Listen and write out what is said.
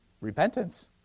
repentance